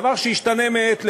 דבר שישתנה מעת לעת.